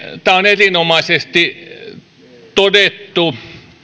tämä on erinomaisesti todettu